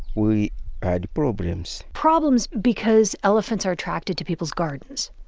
we had problems problems because elephants are attracted to people's gardens.